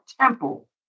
temple